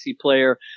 player